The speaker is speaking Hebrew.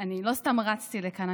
אני לא סתם רצתי לכאן,